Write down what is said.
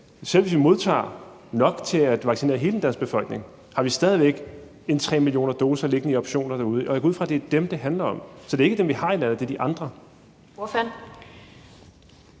Selv hvis vi modtager nok til at vaccinere hele den danske befolkning, har vi stadig væk 3 millioner doser liggende i optioner derude, og jeg går ud fra, at det er dem, det handler om. Så det er ikke dem, vi har i landet, det handler